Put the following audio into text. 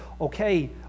okay